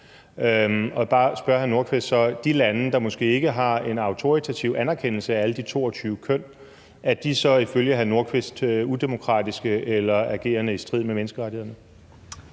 Jeg vil bare spørge hr. Nordqvist: Er de lande, der måske ikke har en autoritativ anerkendelse af alle de 22 køn, ifølge hr. Nordqvist så udemokratiske eller agerende i strid med menneskerettighederne?